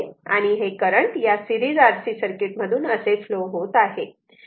आणि हे करंट या सेरीज RC सर्किट मधून असे फ्लो होत आहे